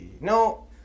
No